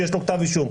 שיש לו כתב אישום,